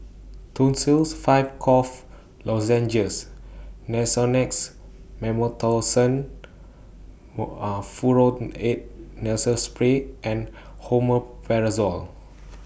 Tussils five Cough Lozenges Nasonex Mometasone Furoate Nasal Spray and Omeprazole